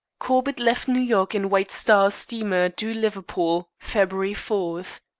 corbett left new york in white star steamer due liverpool, february four.